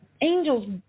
Angels